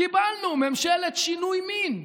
קיבלנו ממשלת שינוי מין.